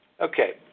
Okay